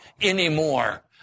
anymore